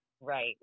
Right